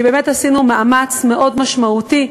כי באמת עשינו מאמץ מאוד משמעותי.